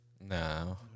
no